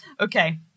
Okay